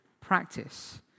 practice